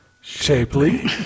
shapely